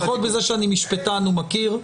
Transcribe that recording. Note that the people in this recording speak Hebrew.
לפחות בזה שאני משפטן הוא מכיר.